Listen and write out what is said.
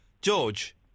George